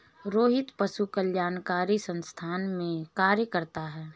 रोहित पशु कल्याणकारी संस्थान में कार्य करता है